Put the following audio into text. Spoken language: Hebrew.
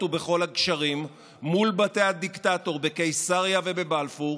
ובכל הגשרים מול בתי הדיקטטור בקיסריה ובבלפור.